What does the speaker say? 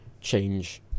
change